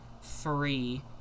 free